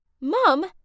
Mom